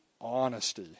honesty